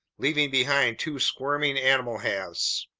leaving behind two squirming animal halves.